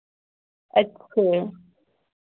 अच्छा